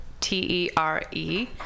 T-E-R-E